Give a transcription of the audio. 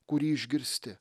kurį išgirsti